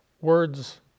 Words